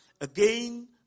again